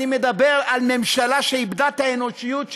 אני מדבר על ממשלה שאיבדה את האנושיות שלה,